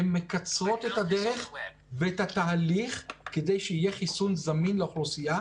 הן מקצרות את הדרך ואת ההליך כדי שיהיה חיסון זמין לאוכלוסייה.